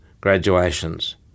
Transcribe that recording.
graduations